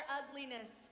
ugliness